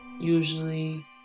usually